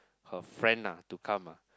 her friend ah to come ah